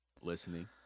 Listening